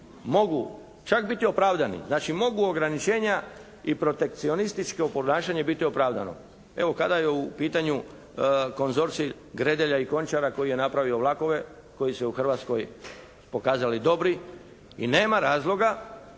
mogu čak biti opravdani. Znači mogu ograničenja i protekcionističko ponašanje biti opravdano. Evo kada je u pitanju konzorcij Gredelja i Končara koji je napravio vlakove koji su se u Hrvatskoj pokazali dobri. I nema razloga